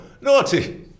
Naughty